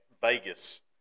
Vegas